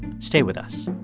stay with us